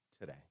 today